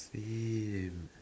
feel